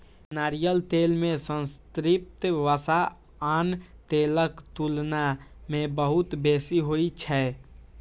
नारियल तेल मे संतृप्त वसा आन तेलक तुलना मे बहुत बेसी होइ छै